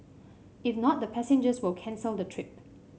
if not the passengers will cancel the trip